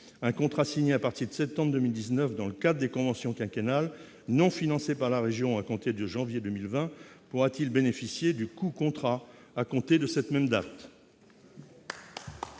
Un contrat signé à partir de septembre 2019 dans le cadre des conventions quinquennales, non financé par la région à compter du 1janvier 2020, pourra-t-il bénéficier du « coût-contrat » à compter de cette même date ?